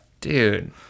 Dude